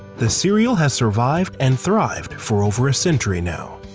the cereal has survived and thrived for over a century now.